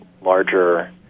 larger